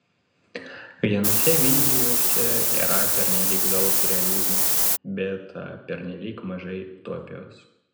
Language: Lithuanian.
vienose vizijose yra pernelyg daug realizmo bet pernelyg mažai utopijos